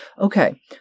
okay